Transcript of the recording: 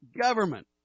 government